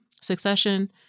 Succession